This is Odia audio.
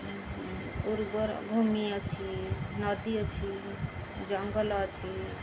ଉର୍ବର ଭୂମି ଅଛି ନଦୀ ଅଛି ଜଙ୍ଗଲ ଅଛି